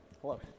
Hello